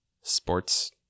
sports